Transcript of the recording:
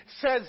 says